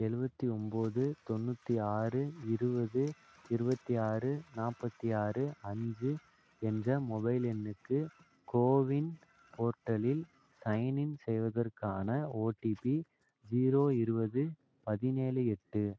எழுபத்தி ஒம்பது தொண்ணூத்ற்றி ஆறு இருபது இருபத்தி ஆறு நாற்பத்தி ஆறு அஞ்சு என்ற மொபைல் எண்ணுக்கு கோவின் போர்ட்டலில் சைன் இன் செய்வதற்கான ஒடிபி ஜீரோ இருபது பதினேழு எட்டு